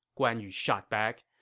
guan yu shot back.